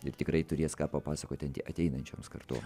ir tikrai turės ką papasakoti anti ateinančioms kartoms